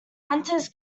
hunters